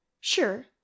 Sure